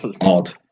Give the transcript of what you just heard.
odd